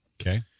Okay